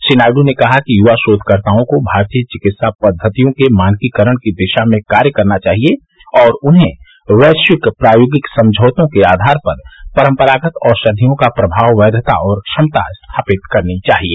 श्री नायडू ने कहा कि युवा शोधकर्ताओं को भारतीय चिकित्सा पद्वतियों के मानकीकरण की दिशा में कार्य करना चाहिए और उन्हें वैश्विक प्रायोगिक समझौतों के आधार पर परंपरागत औषधियों का प्रमाव वैघता और क्षमता स्थापित करनी चाहिए